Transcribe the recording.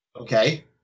Okay